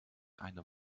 eine